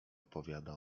opowiada